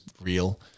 real